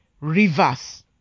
rivers